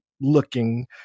looking